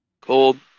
cold